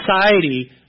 society